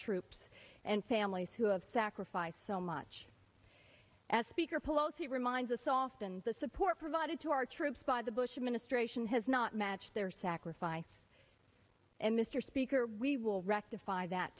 troops and families who have sacrificed so much as speaker pelosi reminds us often the support provided to our troops by the bush administration has not matched their sacrifice and mr speaker we will rectify that